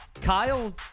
Kyle